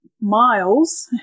miles